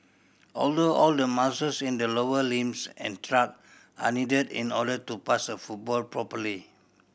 although all the muscles in the lower limbs and trunk are needed in order to pass a football properly